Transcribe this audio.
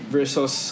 versus